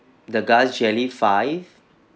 the grass jelly five